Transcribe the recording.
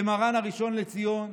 למרן הראשון לציון,